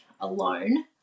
alone